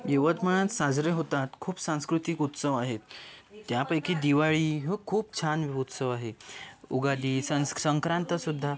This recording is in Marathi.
यवतमाळात साजरे होतात खूप सांस्कृतिक उत्सव आहेत त्यापैकी दिवाळी हा खूप छान उत्सव आहे उघाली सं संक्रांतसुद्धा